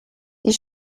die